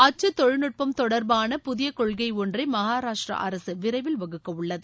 அச்சு தொழில்நுட்பம் தொடர்பாள புதிய கொள்கை ஒன்றை மகாராஷ்டிர அரசு விரைவில் வகுக்கவுள்ளது